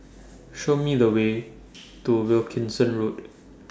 Show Me The Way to Wilkinson Road